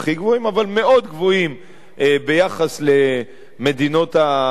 אבל מאוד גבוהים ביחס למדינות המערב,